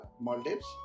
Maldives